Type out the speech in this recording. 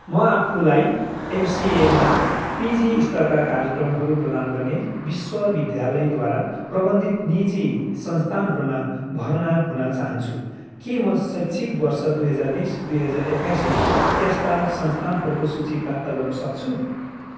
म आफूलाई एमसिएमा पिजी स्तरका कार्यक्रमहरू प्रदान गर्ने विश्वविद्यालयद्वारा प्रबन्धित निजी संस्थानहरूमा भर्ना हुन चाहन्छु के म शैक्षिक वर्ष दुई हजार बिस दुई हजार एक्काइसमा त्यस्ता संस्थानहरूको सूची प्राप्त गर्न सक्छु